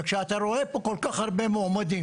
וכשאתה רואה פה כל כך הרבה מועמדים